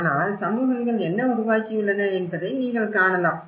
ஆனால் சமூகங்கள் என்ன உருவாக்கியுள்ளன என்பதை நீங்கள் காணலாம்